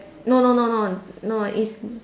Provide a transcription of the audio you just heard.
no no no no no it's